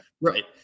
Right